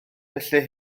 felly